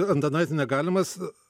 antanaitiene galimas